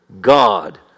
God